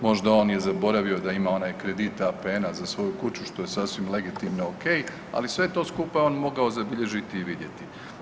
Možda je on i zaboravio da ima onaj kredit APN-a za svoju kuću što je sasvim legitimno ok, ali sve to skupa on je mogao zabilježiti i vidjeti.